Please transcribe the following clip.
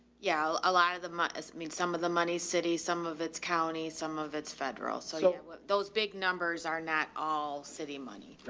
yeah, well a lot of them, ah i mean some of the monies city, some of its county, some of it's federal. so those big numbers are not all city money. right.